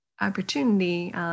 opportunity